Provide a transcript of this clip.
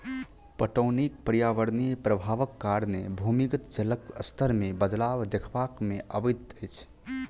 पटौनीक पर्यावरणीय प्रभावक कारणें भूमिगत जलक स्तर मे बदलाव देखबा मे अबैत अछि